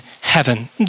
heaven